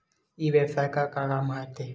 ई व्यवसाय का काम आथे?